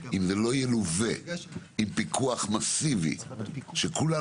אבל אם זה לא ילווה עם פיקוח מאסיבי שכולם